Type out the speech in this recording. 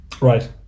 Right